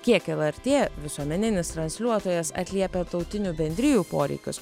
kiek lrt visuomeninis transliuotojas atliepia tautinių bendrijų poreikius